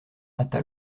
hâta